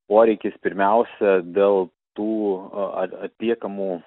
poreikis pirmiausia dėl tų atliekamų